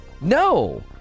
No